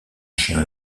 chien